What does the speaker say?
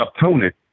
opponent